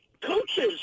coaches